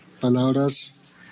palabras